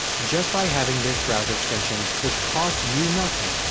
just by having this browser extension which costs you nothing,